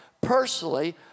personally